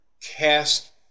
cast